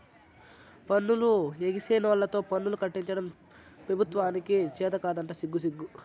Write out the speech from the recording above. పన్నులు ఎగేసినోల్లతో పన్నులు కట్టించడం పెబుత్వానికి చేతకాదంట సిగ్గుసిగ్గు